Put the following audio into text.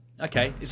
Okay